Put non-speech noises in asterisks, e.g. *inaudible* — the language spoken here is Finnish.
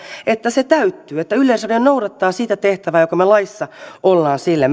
että se täyttyy että yleisradio noudattaa sitä tehtävää jonka me laissa olemme sille *unintelligible*